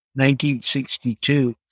1962